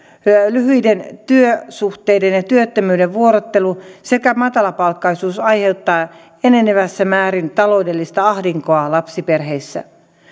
lyhyiden työsuhteiden ja työttömyyden vuorottelu sekä matalapalkkaisuus aiheuttavat enenevässä määrin taloudellista ahdinkoa lapsiperheissä